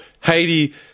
Haiti